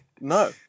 No